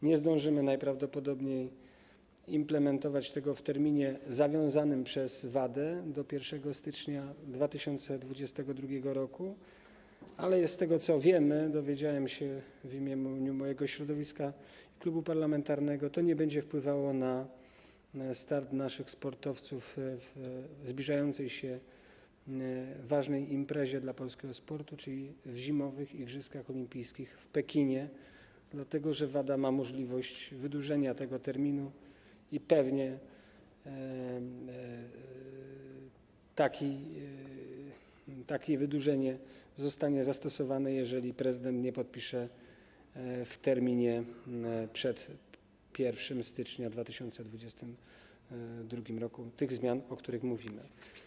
Nie zdążymy najprawdopodobniej implementować tego w terminie zawiązanym przez WADA do 1 stycznia 2022 r., ale z tego, co wiemy - dowiedziałem się w imieniu mojego środowiska, klubu parlamentarnego - to nie będzie wpływało na start naszych sportowców w zbliżającej się ważnej imprezie dla polskiego sportu, czyli w Zimowych Igrzyskach Olimpijskich w Pekinie, dlatego że WADA ma możliwość wydłużenia tego terminu i pewnie takie wydłużenie zostanie zastosowane, jeżeli prezydent nie podpisze w terminie przed 1 stycznia 2022 r. tych zmian, o których mówimy.